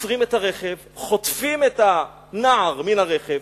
עוצרים את הרכב, חוטפים את הנער מהרכב.